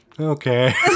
Okay